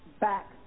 back